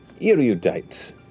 erudite